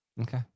Okay